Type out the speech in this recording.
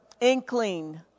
inkling